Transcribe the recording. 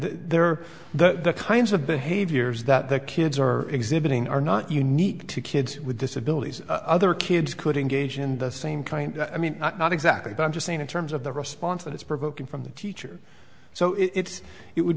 there are the kinds of behaviors that the kids are exhibiting are not unique to kids with disabilities other kids could engage in the same kind i mean not exactly but i'm just saying in terms of the response that it's provoking from the teacher so it's it would